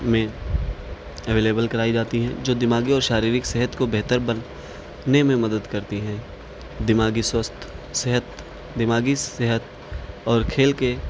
میں اویلیبل کرائی جاتی ہیں جو دماغی اور شاریرک صحت کو بہتر بنانے میں مدد کرتی ہیں دماغی سوستھ صحت دماغی صحت اور کھیل کے